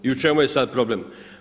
I u čemu je sad problem?